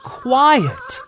quiet